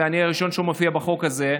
ואני הראשון שמופיע בחוק הזה,